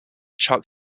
chuck